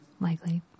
Likely